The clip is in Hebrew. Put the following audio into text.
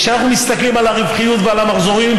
וכשאנחנו מסתכלים על הרווחיות ועל המחזורים,